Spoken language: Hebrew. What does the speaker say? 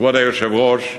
כבוד היושב-ראש,